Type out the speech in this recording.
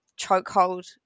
chokehold